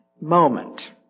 moment